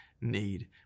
need